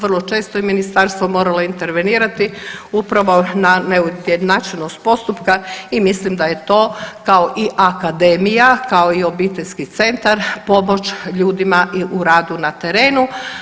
Vrlo često je ministarstvo moralo intervenirati upravo na neujednačenost postupka i mislim da je to kao i akademija, kao i obiteljski centar pomoć ljudima i u radu na terenu.